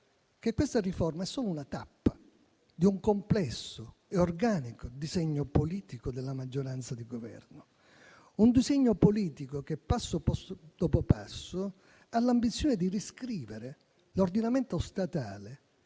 che questa riforma è solo una tappa di un complesso e organico disegno politico della maggioranza di Governo; un disegno politico che, passo dopo passo, ha l'ambizione di riscrivere l'ordinamento statale